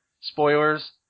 spoilers